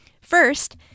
First